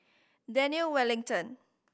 Daniel Wellington